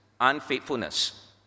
unfaithfulness